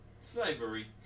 Slavery